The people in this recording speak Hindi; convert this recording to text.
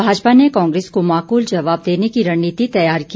भाजपा ने कांग्रेस को माकूल जबाब देने की रणनीति तैयार की